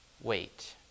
Wait